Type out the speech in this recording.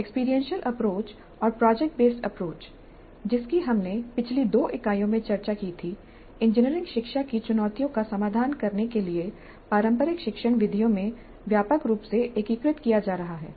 experiential approach और project based approach जिसकी हमने पिछली दो इकाइयों में चर्चा की थी इंजीनियरिंग शिक्षा की चुनौतियों का समाधान करने के लिए पारंपरिक शिक्षण विधियों में व्यापक रूप से एकीकृत किया जा रहा है